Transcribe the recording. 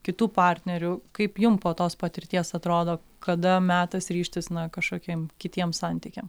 kitų partnerių kaip jum po tos patirties atrodo kada metas ryžtis na kažkokiem kitiem santykiam